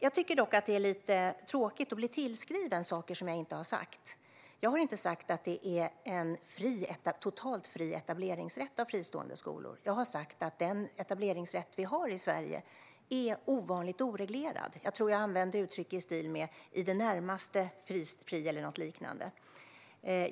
Jag tycker dock att det är tråkigt att bli tillskriven saker som jag inte har sagt; jag har inte sagt att det finns en totalt fri etableringsrätt för fristående skolor, utan jag har sagt att den etableringsrätt vi har i Sverige är ovanligt oreglerad. Jag tror att jag använde uttryck i stil med "i det närmaste fri" eller något liknande.